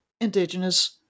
indigenous